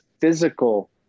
physical